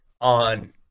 on